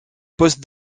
poste